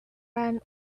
ran